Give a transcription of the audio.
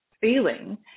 feeling